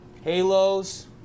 Halos